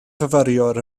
fyfyriwr